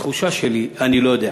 התחושה שלי, אני לא יודע,